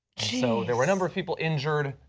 so there were a number of people injured,